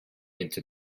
into